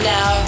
Now